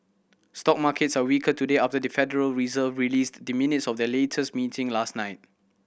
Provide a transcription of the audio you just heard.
stock markets are weaker today after the Federal Reserve released the minutes of their latest meeting last night